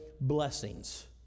blessings